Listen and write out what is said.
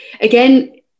again